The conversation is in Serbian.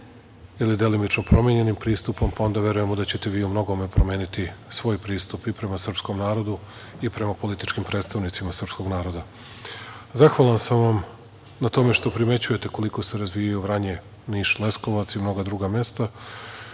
ili delimično promenjenim pristupom, pa onda verujem da ćete vi u mnogome promeni i svoj pristup i prema srpskom narodu i prema političkim predstavnicima srpskog naroda. Zahvalan sam vam na tome što primećujete koliko se razvijaju Vranje, Niš, Leskova i mnoga druga mesta.